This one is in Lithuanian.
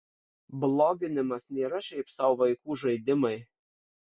bloginimas nėra šiaip sau vaikų žaidimai